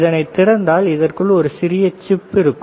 இதனை திறந்தால் இதற்குள் ஒரு சிறிய சிப் இருக்கும்